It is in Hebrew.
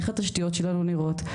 איך התשתיות שלנו נראות,